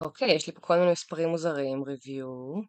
אוקיי, יש לי פה כל מיני מספרים מוזרים. review...